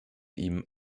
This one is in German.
ihm